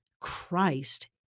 Christ